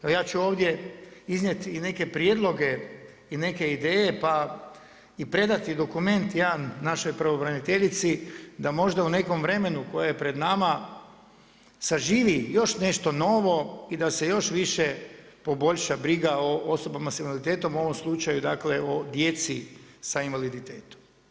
Evo ja ću ovdje iznijeti i neke prijedloge i neke ideje pa i predati dokument jedan našoj pravobraniteljici da možda u nekom vremenu koje je pred nama saživi još nešto novo i da se još više poboljša briga osobama sa invaliditetom u ovom slučaju dakle, o djeci sa invaliditetom.